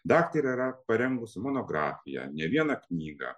daktarė yra parengusi monografiją ne vieną knygą